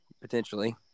potentially